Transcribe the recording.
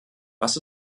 was